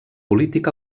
polític